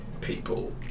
people